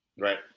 right